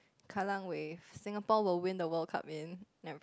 Kallang-Wave Singapore will win the World Cup in ya